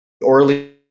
orally